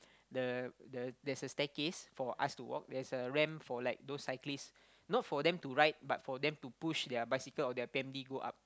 the the there's a staircase for us to walk there's a ramp for like those cyclists not for them to ride but for them to push their bicycle or their p_m_d go up